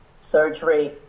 surgery